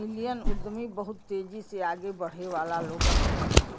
million उद्यमी बहुत तेजी से आगे बढ़े वाला लोग होलन